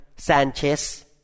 Sanchez